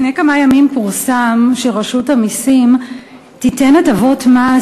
לפני כמה ימים פורסם שרשות המסים תיתן הטבות מס